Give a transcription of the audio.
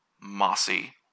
mossy